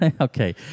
Okay